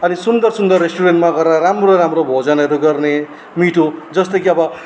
अनि सुन्दर सुन्दर रेस्टुरेन्टमा गएर राम्रो राम्रो भोजनहरू गर्ने मिठो जस्तो कि अब